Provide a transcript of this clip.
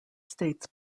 states